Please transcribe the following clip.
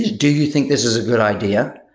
do you think this is a good idea?